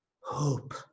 hope